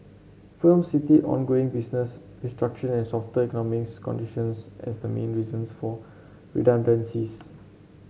firms cited ongoing business restructuring and softer economics conditions as the main reasons for redundancies